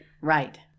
right